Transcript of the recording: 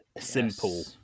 simple